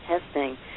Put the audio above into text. testing